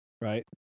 right